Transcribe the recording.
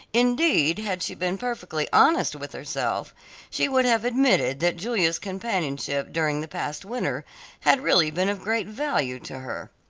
indeed had she been perfectly honest with herself she would have admitted that julia's companionship during the past winter had really been of great value to her.